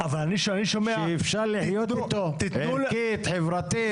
שאפשר לחיות איתו מבחינה ערכית, חברתית.